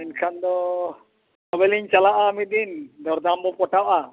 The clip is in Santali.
ᱢᱮᱱᱠᱷᱟᱱ ᱫᱚ ᱛᱚᱵᱮᱞᱤᱧ ᱪᱟᱞᱟᱜᱼᱟ ᱢᱤᱫ ᱫᱤᱱ ᱫᱚᱨᱫᱟᱢ ᱵᱚᱱ ᱯᱚᱴᱟᱜᱼᱟ